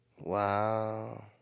Wow